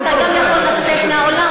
אתה יכול לא לשמוע.